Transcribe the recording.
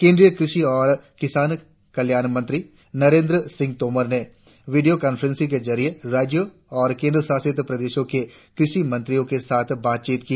केंद्रीय कृषि और किसान कल्याण मंत्री नरेंद्र सिंह तोमर ने वीडियों कांफ्रेंस के जरिए राज्यों और केंद्रशासित प्रदेशों के कृषि मंत्रियों के साथ बातचीत की